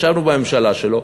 ישבנו בממשלה שלו,